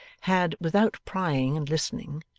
had, without prying and listening,